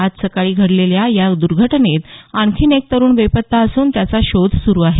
आज सकाळी घडलेल्या या दुर्घटनेत आणखी एक तरुण बेपत्ता असून त्याचा शोध सुरू आहे